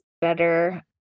better